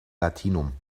latinum